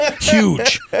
huge